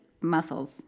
muscles